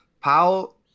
Paul